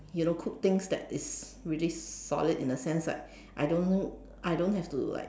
you know cook things that is really solid in a sense like I don't I don't have to like